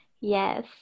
yes